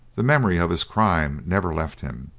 the memory of his crime never left him.